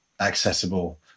accessible